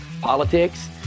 politics